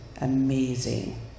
amazing